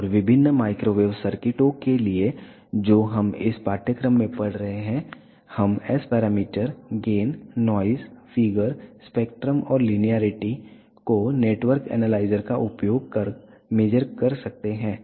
और विभिन्न माइक्रोवेव सर्किटों के लिए जो हम इस पाठ्यक्रम में पढ़ रहे हैं हम S parameter gain noise figure spectrum और लिनियेरिटी को नेटवर्क एनालाइजर का उपयोग कर मेज़र कर सकते हैं